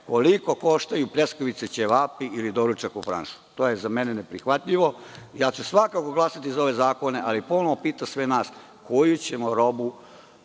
koliko koštaju pljeskavice, ćevapi ili doručak u „Franšu“. To je za mene neprihvatljivo. Ja ću svakako glasati za ove zakone, ali ponovo pitam sve nas - koju ćemo robu